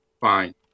fine